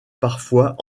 parfois